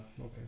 Okay